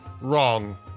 Wrong